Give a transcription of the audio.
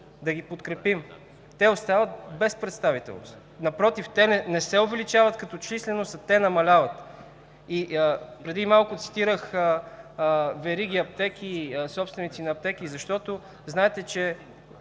да ги подкрепим. Те остават без представителство и не се увеличават като численост, а намаляват. Преди малко цитирах вериги и собственици на аптеки. Знаете, че